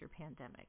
pandemic